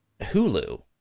Hulu